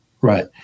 Right